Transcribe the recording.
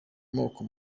moko